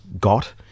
got